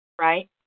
right